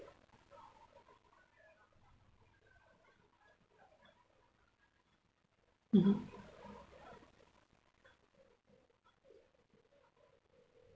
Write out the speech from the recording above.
mmhmm